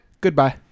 goodbye